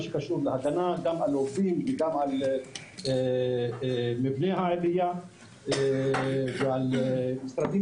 שקשור להגנה גם על עובדים וגם על מבנה עירייה ועל משרדים